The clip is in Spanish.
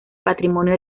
patrimonio